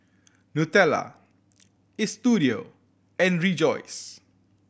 Nutella Istudio and Rejoice